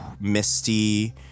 misty